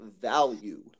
value